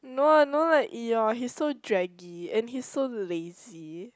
no I don't like Eeyore he's so draggy and he's so lazy